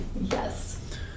Yes